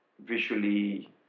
visually